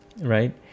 right